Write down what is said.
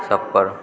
सब पर